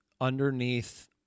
underneath